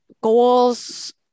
goals